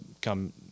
come